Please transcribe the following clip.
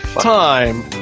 time